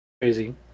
Crazy